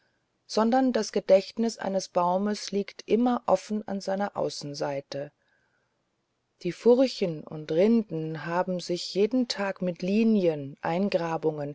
sondern das gedächtnis eines baumes liegt immer offen an seiner außenseite die furchen und rinden haben sich jeden tag mit linien eingrabungen